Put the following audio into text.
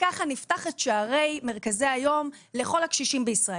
וככה נפתח את שערי מרכזי היום לכל הקשישים בישראל.